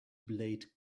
blade